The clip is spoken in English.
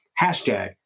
Hashtag